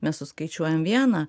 mes suskaičiuojam vieną